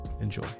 Enjoy